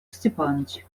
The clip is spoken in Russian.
степанович